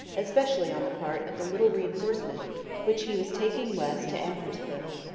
especially on the part of the little reinforcement which he was taking west to amherstburg.